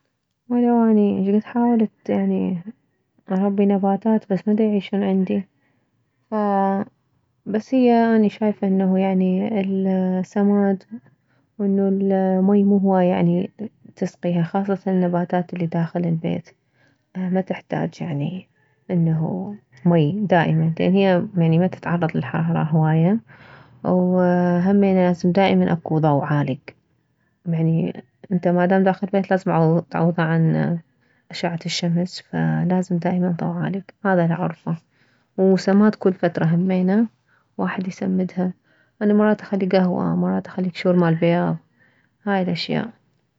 ولو اني شكد حاولت يعني اربي نباتات بس ما ديعيشون عندي فبس هي اني شايفة يعني السماد وانه الماي مو هواية يعني تسقيها خاصة النباتات اللي داخل البيت ما تحتاج يعني انه ماي دائما لانه هي يعني ما تتعرض للحرارة هواية وهمينه لازم دائما اكو ضو عالك يعني انت ما دام داخل البيت تعوضه عن اشعة الشمس فلازم دائما الضو عالك هذا الاعرفه وسماد كل فترة همينه واحد يسمدها اني مرات اخلي كهوة مرات اخلي كشور مالبيض هاي الاشياء